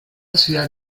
ciudad